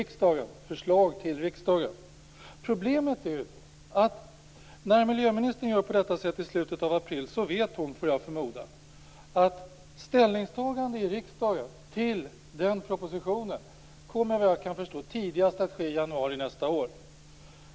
Problemet är att när miljöministern gör så framåt slutet av april vet hon, får jag förmoda, att ett ställningstagande i riksdagen till den propositionen kommer tidigast i januari nästa år.